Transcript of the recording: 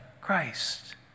Christ